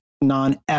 non